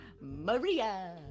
Maria